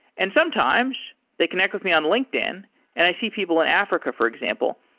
and sometimes they connect with me on linkedin and i see people in africa, for example,